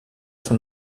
son